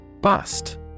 Bust